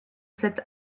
cet